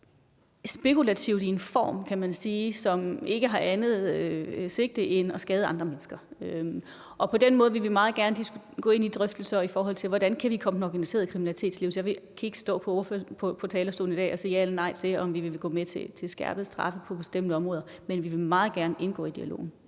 spekulativt i en form, kan man sige, som ikke har andet sigte end at skade andre mennesker, og på den måde vil vi meget gerne gå ind i drøftelser, i forhold til hvordan vi kan komme den organiserede kriminalitet til livs. Jeg kan ikke stå på talerstolen i dag og sige ja eller nej til, om vi vil gå med til skærpede straffe på bestemte områder, men vi vil meget gerne indgå i dialogen.